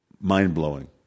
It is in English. mind-blowing